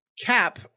Cap